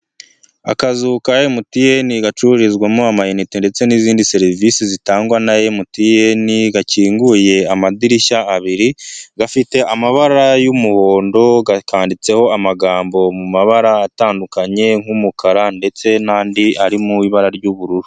Akazu ka MTN gacururizwamo amayinite ndetse n'izindi serivisi zitangwa na MTN gakinguye amadirishya abiri, gafite amabara y'umuhondo, kanditseho amagambo mu mabara atandukanye nk'umukara ndetse n'andi ari mu ibara ry'ubururu.